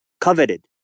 coveted